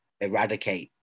eradicate